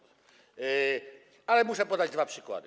Ale muszę podać dwa przykłady.